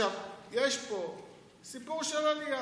יש פה סיפור של עלייה.